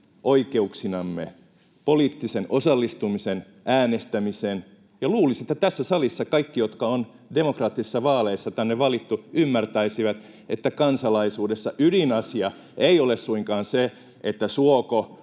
oikeuksinamme poliittista osallistumista äänestämiseen. Luulisi, että tässä salissa kaikki, jotka on demokraattisissa vaaleissa tänne valittu, ymmärtäisivät, että kansalaisuudessa ydinasia ei ole suinkaan se, suoko